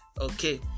okay